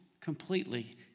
completely